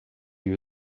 you